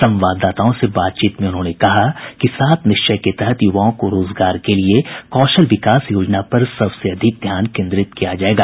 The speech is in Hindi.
संवाददाताओं से बातचीत में उन्होंने कहा कि सात निश्चय के तहत युवाओं को रोजगार के लिये कौशल विकास योजना पर सबसे अधिक ध्यान केंद्रित किया जायेगा